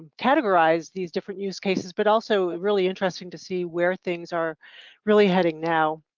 categorize these different use cases but also really interesting to see where things are really heading now.